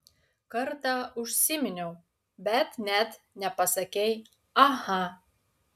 kartą užsiminiau bet net nepasakei aha